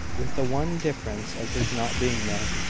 with the one difference of his not being there.